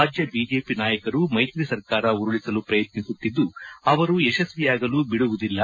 ರಾಜ್ಯ ಬಿಜೆಪಿ ನಾಯಕರು ಮೈತ್ರಿ ಸರ್ಕಾರ ಉರುಳಿಸಲು ಪ್ರಯತ್ನಿಸುತ್ತಿದ್ದು ಅವರು ಯಶಸ್ವಿಯಾಗಲು ಬಿಡುವುದಿಲ್ಲ